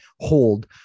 hold